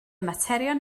materion